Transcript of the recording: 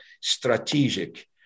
strategic